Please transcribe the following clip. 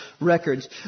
records